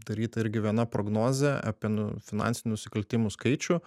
daryta irgi viena prognozė apie nu finansinių nusikaltimų skaičių